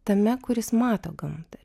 tame kuris mato gamtą